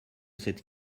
cette